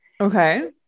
Okay